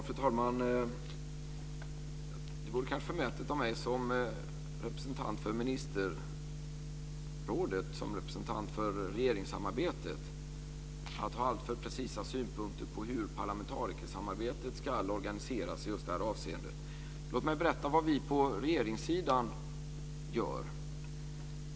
Fru talman! Det vore kanske förmätet av mig som representant för ministerrådet, som representant för regeringssamarbetet, att ha alltför precisa synpunkter på hur parlamentarikersamarbetet ska organiseras i just det avseendet. Låt mig berätta vad vi på regeringssidan gör.